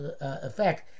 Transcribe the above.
effect